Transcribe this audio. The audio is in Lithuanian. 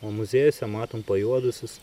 o muziejuose matom pajuodusius